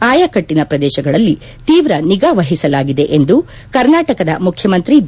ಆಯಕಟ್ಟನ ಪ್ರದೇಶಗಳಲ್ಲಿ ತೀವ್ರ ನಿಗಾ ವಹಿಸಲಾಗಿದೆ ಎಂದು ಕರ್ನಾಟಕದ ಮುಖ್ಯಮಂತ್ರಿ ಬಿ